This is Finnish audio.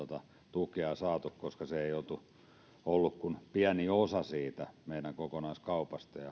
tukea saatu koska se ei ollut kuin pieni osa siitä meidän kokonaiskaupastamme